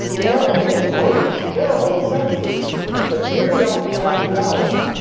there are many words, their whole sentences that really don't have any vowels.